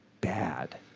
bad